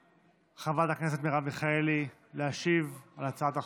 חברת הכנסת מרב מיכאלי להשיב על הצעת החוק.